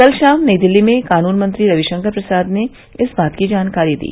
कल शाम नई दिल्ली में कानूनमंत्री रविशंकर प्रसाद ने इस बात की जानकारी दी